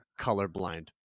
colorblind